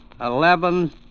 Eleven